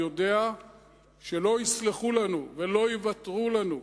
יודע שלא יסלחו לנו ולא יוותרו לנו.